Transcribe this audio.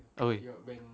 oh